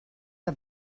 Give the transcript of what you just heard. que